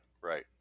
Right